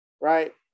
right